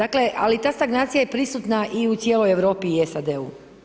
Ali ta stagnacija je prisutna i u cijeloj Europi i SAD-u.